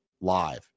live